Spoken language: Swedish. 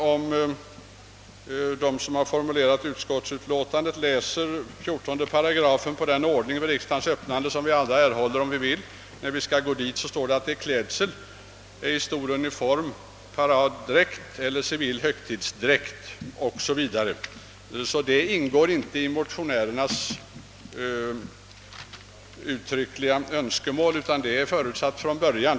Om de som har formulerat utskottsutlåtandet läser 14 § i den ordning för riksdagens öppnande som vi alla kan erhålla när vi skall gå dit, så skall de finna att där anges att klädseln skall vara uniform, paraddräkt eller civil högtidsdräkt. Detta är alltså inte motionärernas önskemål, utan det är förutsatt från början.